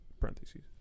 parentheses